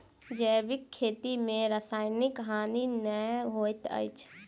जैविक खेती में रासायनिक हानि नै होइत अछि